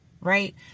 right